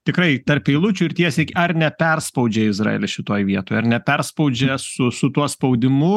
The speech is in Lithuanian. tikrai tarp eilučių ir tiesiai ar neperspaudžia izraelis šitoje vietoje ar neperspaudžia su tuo spaudimu